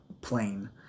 plain